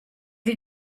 did